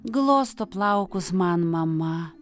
glosto plaukus man mama